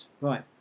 right